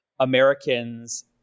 Americans